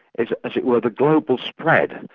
is as it were, the global spread,